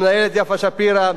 המנהלת יפה שפירא,